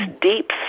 deep